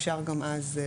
אפשר גם אז.